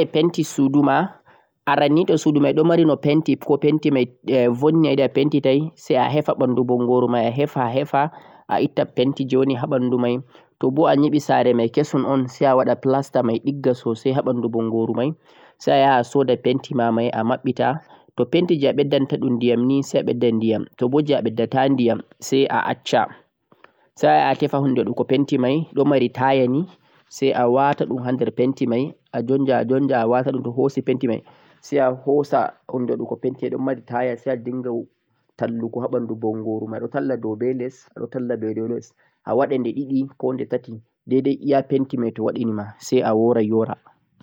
Ta'awaɗai penti suudu ma, arannii toh suudu mai marno pente sai a heffa ɓandu bongoru mai sai a pentita toh walano penti boo sai kawai sooda penti ayiɗe mai sai a penta.